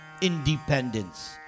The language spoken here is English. independence